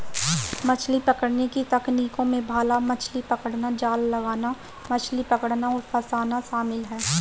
मछली पकड़ने की तकनीकों में भाला मछली पकड़ना, जाल लगाना, मछली पकड़ना और फँसाना शामिल है